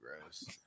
gross